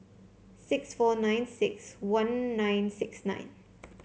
six four nine six one nine six nine